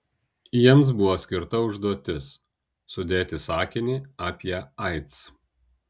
jiems buvo skirta užduotis sudėti sakinį apie aids